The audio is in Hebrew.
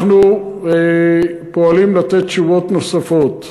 אנחנו פועלים לתת תשובות נוספות,